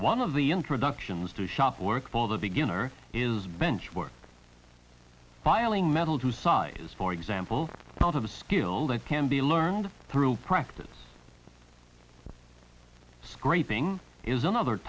one of the introductions to shop work for the beginner is bench work piling metal to size for example not of a skill that can be learned through practice scraping is another